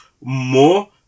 more